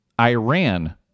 Iran